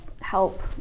help